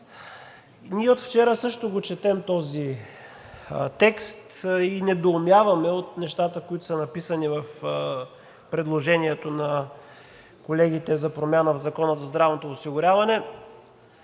ние от вчера също четем този текст и недоумяваме от нещата, които са написани в предложението на колегите за промяна в Закона за здравното осигуряване.